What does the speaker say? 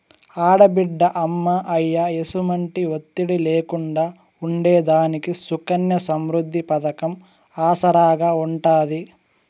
ఆడబిడ్డ అమ్మా, అయ్య ఎసుమంటి ఒత్తిడి లేకుండా ఉండేదానికి సుకన్య సమృద్ది పతకం ఆసరాగా ఉంటాది